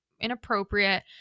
inappropriate